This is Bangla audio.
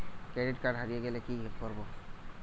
ক্রেডিট কার্ড হারিয়ে গেলে কি করব?